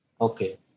Okay